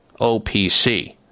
OPC